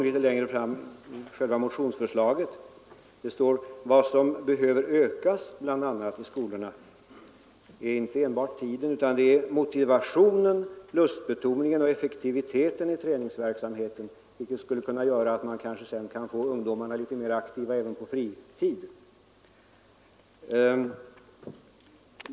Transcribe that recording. I själva motionsförslaget står det att vad som behöver ökas i skolorna är inte enbart tiden utan motivationen, lustbetoningen och aktiviteten i träningsverksamheten, vilket skulle kunna göra att man sedan kan få ungdomarna litet mer aktiva även på fritid.